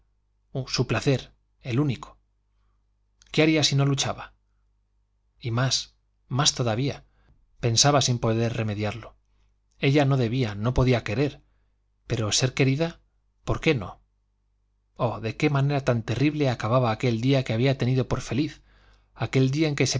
su placer el único qué haría si no luchaba y más más todavía pensaba sin poder remediarlo ella no debía no podía querer pero ser querida por qué no oh de qué manera tan terrible acababa aquel día que había tenido por feliz aquel día en que se